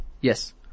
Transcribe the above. Yes